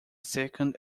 second